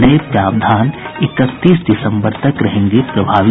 नये प्रावधान इकतीस दिसंबर तक रहेंगे प्रभावी